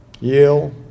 Yale